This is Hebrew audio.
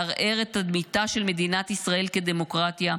מערער את תדמיתה של מדינת ישראל כדמוקרטיה,